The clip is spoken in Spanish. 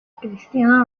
cristiana